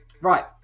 right